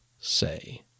say